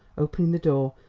opening the door,